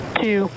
two